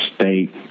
state